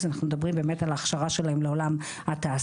אנחנו מדברים באמת על הכשרה שלהם לעולם התעסוקה.